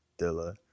Dilla